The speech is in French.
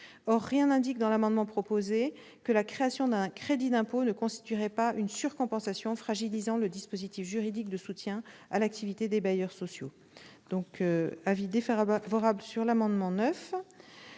Or rien n'indique dans l'amendement proposé que la création d'un crédit d'impôt ne constituerait pas une surcompensation, fragilisant le dispositif juridique de soutien à l'activité des bailleurs sociaux. Le Gouvernement a